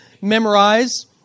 memorize